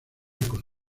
con